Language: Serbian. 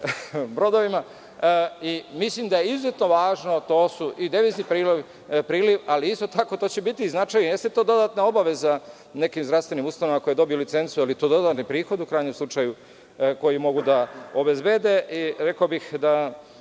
brodovima. Mislim da je izuzetno važno, to je devizni priliv ali isto tako to će biti značaj, jeste to dodatna obaveza nekim zdravstvenim ustanovama koje dobiju licencu, ali je to dodatni prihod u krajnjem slučaju koji mogu da obezbede. Rekao bih